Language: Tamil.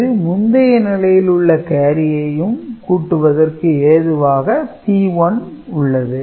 இது முந்தைய நிலையில் உள்ள கேரியையும் கூட்டுவதற்கு ஏதுவாக C1 உள்ளது